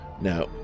Now